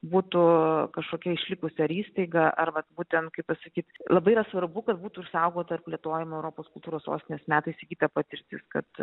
būtų kažkokia išlikus ar įstaiga ar vat būtent kaip pasakyt labai yra svarbu kad būtų išsaugota ir plėtojama europos kultūros sostinės metais įgyta patirtis kad